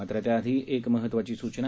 मात्र त्याआधी एक महत्वाची सुचना